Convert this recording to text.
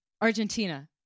Argentina